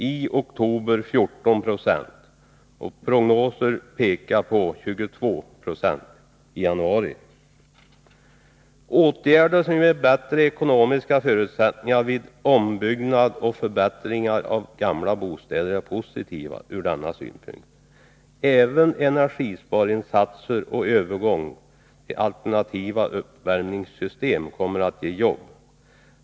I oktober var den 14 96, och prognosen för januari pekar på 22 26. Åtgärder som ger bättre ekonomiska förutsättningar för ombyggnader och förbättringar av gamla bostäder är något positivt ur denna synpunkt. Även energisparinsatser och övergång till alternativa uppvärmningssystem kommer att ge jobb.